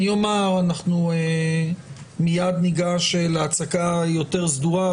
אנחנו מיד ניגש להצגה היותר סדורה,